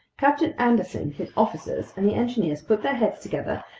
captain anderson, his officers, and the engineers put their heads together,